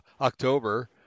october